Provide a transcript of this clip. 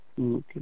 Okay